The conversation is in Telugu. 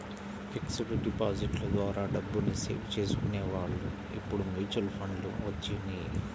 ఫిక్స్డ్ డిపాజిట్ల ద్వారా డబ్బుని సేవ్ చేసుకునే వాళ్ళు ఇప్పుడు మ్యూచువల్ ఫండ్లు వచ్చినియ్యి